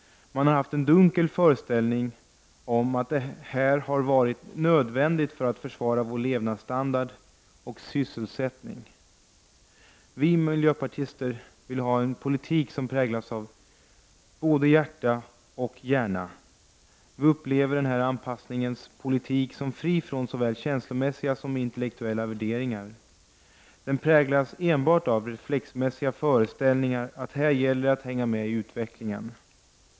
Man har haft en dunkel föreställning om att det här har varit nödvändigt för att försvara vår levnadsstandard och sysselsättning. Vi miljöpartister vill ha en politik som präglas både av hjärta och hjärna. Vi upplever denna anpassningens politik som fri från såväl känslomässiga som intellektuella värderingar. Den präglas enbart av reflexmässiga föreställningar att här gäller det att ”hänga med i utvecklingen”.